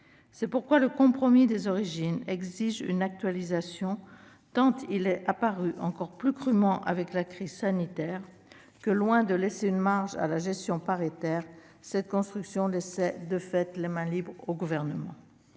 C'est pourquoi le compromis des origines exige une actualisation, tant il a paru encore plus crûment avec la crise sanitaire que, loin de laisser une marge à la gestion paritaire, cette construction laissait, de fait, les mains libres au Gouvernement.